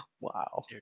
Wow